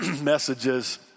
messages